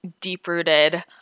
deep-rooted